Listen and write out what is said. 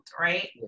right